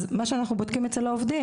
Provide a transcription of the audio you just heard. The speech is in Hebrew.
אז מה שאנחנו בודקים אצל העובדים,